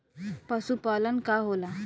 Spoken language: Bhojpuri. पशुपलन का होला?